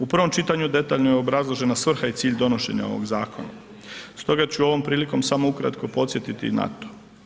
U prvom čitanju detaljno je obrazložena svrha i cilj donošenja ovog zakona, stoga ću ovom prilikom samo ukratko podsjetiti na to.